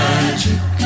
Magic